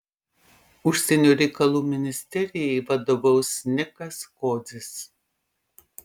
užsienio reikalų ministerijai vadovaus nikas kodzis